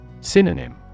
Synonym